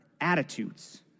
attitudes